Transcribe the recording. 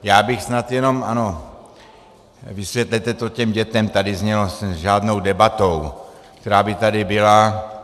Já bych snad jenom ano, vysvětlete to těm dětem, tady znělo, s žádnou debatou, která by tady byla.